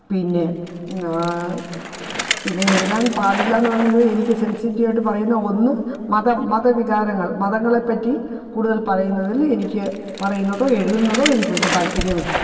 പിന്നെ പിന്നെ എഴുതാൻ പാടില്ലായെന്നു പറയുന്നത് എനിക്ക് സെൻസിറ്റീവായിട്ട് പറയുന്ന ഒന്ന് മതം മത വികാരങ്ങൾ മതങ്ങളെപ്പറ്റി കൂടുതൽ പറയുന്നതിൽ എനിക്ക് പറയുന്നതോ എഴുതുന്നതോ എനിക്ക് വലിയ താത്പര്യമില്ല